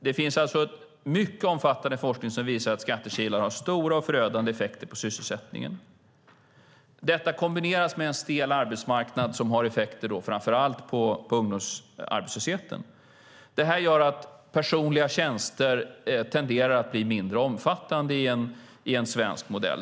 Det finns mycket omfattande forskning som visar att skattekilar har stora och förödande effekter på sysselsättningen. Detta kombineras med en stel arbetsmarknad som har effekter framför allt på ungdomsarbetslösheten. Detta gör att personliga tjänster tenderar att bli mindre omfattande i en svensk modell.